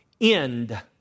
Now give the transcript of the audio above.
end